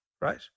Right